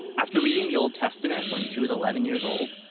after reading the old testament when she was eleven years old,